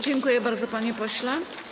Dziękuję bardzo, panie pośle.